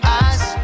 eyes